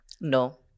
no